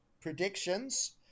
predictions